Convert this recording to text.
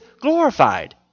glorified